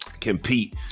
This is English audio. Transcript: compete